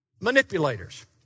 manipulators